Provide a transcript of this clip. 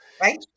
Right